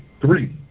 three